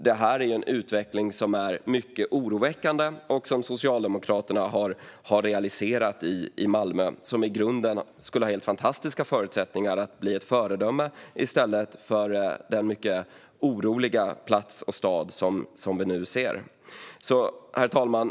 Det är en utveckling som är mycket oroväckande och som Socialdemokraterna har realiserat i Malmö, som i grunden skulle ha helt fantastiska förutsättningar att bli ett föredöme i stället för den mycket oroliga stad som vi nu ser. Herr talman!